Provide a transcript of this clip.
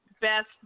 best